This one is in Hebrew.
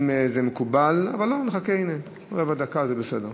אם זה מקובל, אבל לא, נחכה, הנה, רבע דקה זה בסדר.